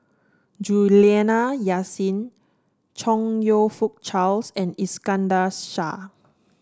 Juliana Yasin Chong You Fook Charles and Iskandar Shah